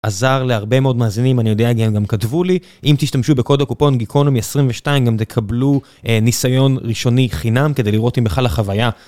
עזר להרבה מאוד מאזינים אני יודע שהם גם כתבו לי אם תשתמשו בקוד הקופון Geekonomy 22 גם תקבלו ניסיון ראשוני חינם כדי לראות אם בכלל החוויה.